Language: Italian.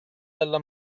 della